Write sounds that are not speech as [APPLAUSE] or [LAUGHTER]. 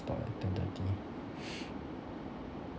stop at ten thirty [NOISE]